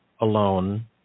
alone